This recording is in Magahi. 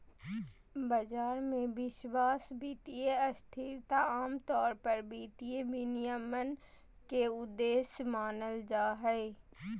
बाजार मे विश्वास, वित्तीय स्थिरता आमतौर पर वित्तीय विनियमन के उद्देश्य मानल जा हय